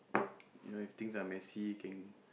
you know if things are messy can